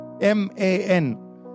M-A-N